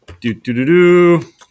Do-do-do-do